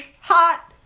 hot